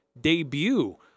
debut